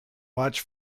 watch